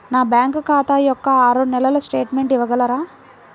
నా బ్యాంకు ఖాతా యొక్క ఆరు నెలల స్టేట్మెంట్ ఇవ్వగలరా?